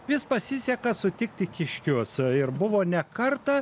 vis pasiseka sutikti kiškius ir buvo ne kartą